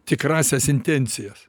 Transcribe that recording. tikrąsias intencijas